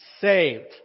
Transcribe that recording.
saved